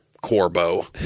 Corbo